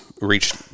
reached